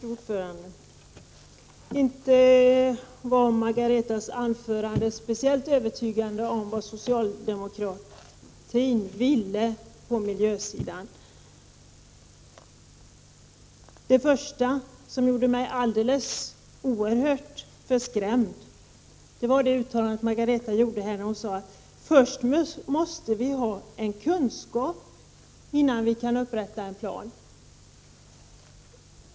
Fru talman! Inte var Margareta Winbergs anförande speciellt övertygande i fråga om vad socialdemokratin vill på miljösidan. Något som gjorde mig alldeles oerhört förskrämd var hennes uttalande att först måste man ha kun = Prot. 1989/90:36 skap, innan man kan upprätta en plan.